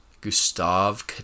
Gustav